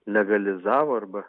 legalizavo arba